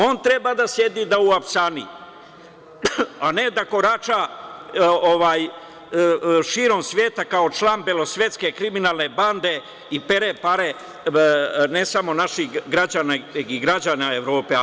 On treba da sedi u apsani, a ne da korača širom sveta, kao član belosvetske kriminalne bande i pere pare, ne samo naših građana, nego i građana Evrope.